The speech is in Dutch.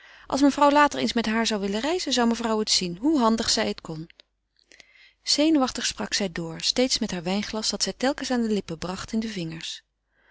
als mevrouw later eens zou willen reizen zou mevrouw zien hoe handig zij het kon zenuwachtig sprak zij door steeds met haar wijnglas dat zij telkens aan de lippen bracht in de vingers